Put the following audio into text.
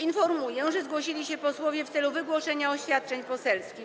Informuję, że zgłosili się posłowie w celu wygłoszenia oświadczeń poselskich.